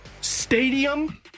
stadium